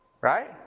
Right